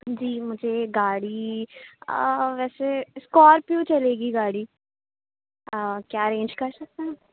جی مجھے گاڑی ویسے اسکارپیو چلے گی گاڑی کیا ارینج کر سکتے ہیں